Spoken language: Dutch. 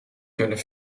kunnen